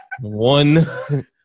One